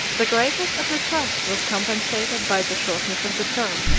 the greatness of the trust was compensated by the shortness of the term.